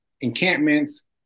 encampments